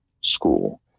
school